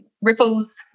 Ripples